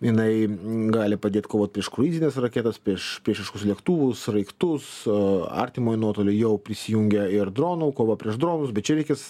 jinai gali padėt kovot prieš kruizinės raketas prieš priešiškus lėktuvų sraigtus artimojo nuotolio jau prisijungė ir dronų kova prieš dronus bet čia reikės